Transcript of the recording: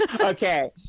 okay